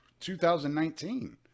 2019